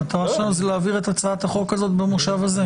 המטרה שלנו להעביר את הצעת החוק הזאת במושב הזה.